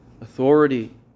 authority